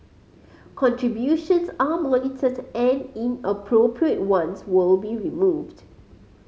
contributions are monitored and inappropriate ones will be removed